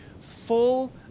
full